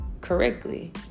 correctly